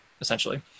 essentially